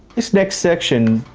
this next section,